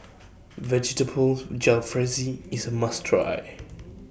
Vegetable Jalfrezi IS A must Try